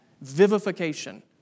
Vivification